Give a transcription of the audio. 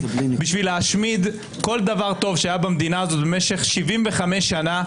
בשביל להשמיד כל דבר טוב שהיה במדינה הזאת במשך 75 שנה,